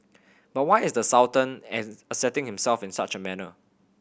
but why is the Sultan asserting himself in such a manner